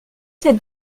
cette